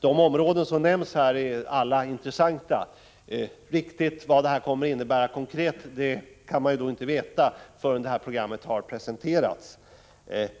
De områden som nämns här är alla intressanta. Vad programmet kommer att innebära konkret kan man naturligtvis inte veta förrän det har presenterats.